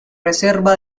reserva